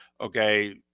Okay